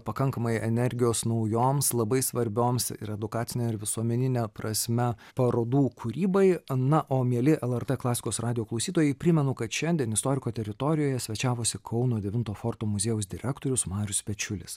pakankamai energijos naujoms labai svarbioms ir edukacine ir visuomenine prasme parodų kūrybai a na o mieli lrt klasikos radijo klausytojai primenu kad šiandien istoriko teritorijoje svečiavosi kauno devinto forto muziejaus direktorius marius pečiulis